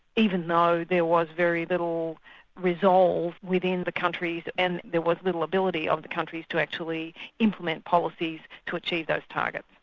even though there was very little resolve within the countries and there was little ability of the countries to actually implement policies to achieve those targets.